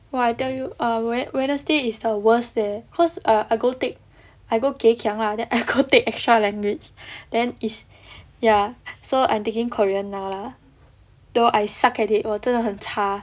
!wah! I tell you err wednesday is the worst eh cause err I go take I go kay kiang lah then I go take extra language then is ya so I'm taking korea now lah though I suck at it 我真的很差